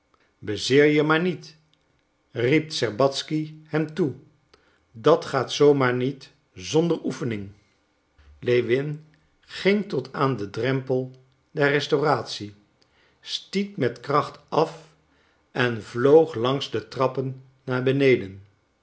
bezeer je maar niet riep tscherbatzky hem toe dat gaat zoo maar niet zonder oefening lewin ging tot aan den drempel der restauratie stiet met kracht af en vloog langs de trappen naar beneden